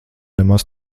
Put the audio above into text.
nemaz